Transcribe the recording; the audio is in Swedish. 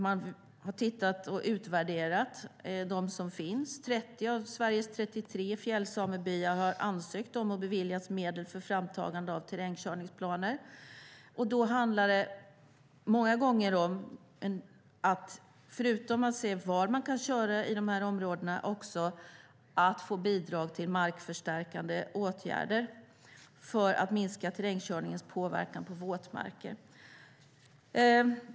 Man har tittat på och utvärderat de planer som finns. 30 av Sveriges 33 fjällsamebyar har ansökt om och beviljats medel för framtagande av terrängkörningsplaner. Förutom att se var man kan köra i de områdena handlar det många gånger om att få bidrag till markförstärkande åtgärder för att minska terrängkörningens påverkan på våtmarker.